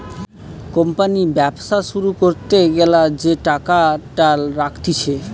company ব্যবসা শুরু করতে গ্যালা যে টাকাটা রাখতিছে